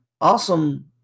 awesome